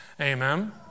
Amen